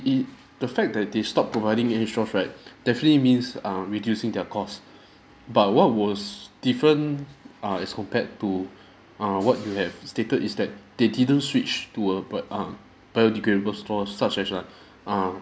it the fact that they stop providing any straws right definitely means um reducing their cost but what was different err as compared to uh what you have stated is that they didn't switch to a b~ err biodegradable straw such as like err